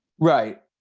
right.